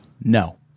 No